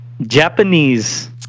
Japanese